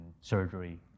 surgery